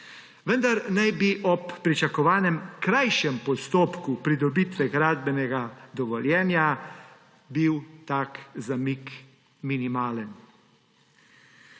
Vendar naj bi bil ob pričakovanem krajšem postopku pridobitve gradbenega dovoljenja tak zamik minimalen.